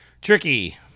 Tricky